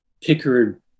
Pickard